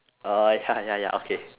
ah ya ya ya okay